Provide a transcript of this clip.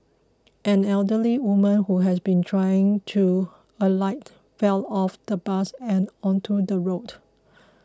an elderly woman who had been trying to alight fell off the bus and onto the road